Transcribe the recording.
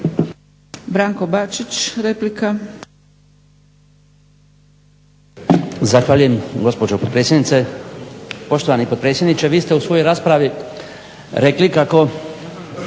Branko Bačić, replika.